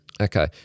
Okay